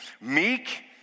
meek